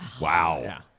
Wow